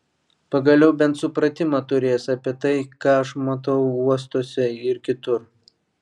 pagaliau bent supratimą turės apie tai ką aš matau uostuose ir kitur